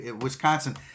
Wisconsin